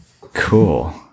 cool